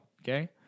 okay